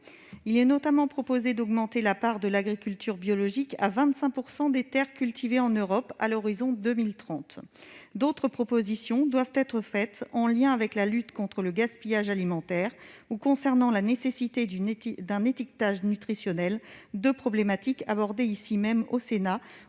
II a notamment été proposé de porter la part de l'agriculture biologique à 25 % des terres cultivées en Europe, à l'horizon 2030. D'autres propositions doivent être faites en lien avec la lutte contre le gaspillage alimentaire, ou concernant la nécessité d'un étiquetage nutritionnel, deux problématiques abordées au Sénat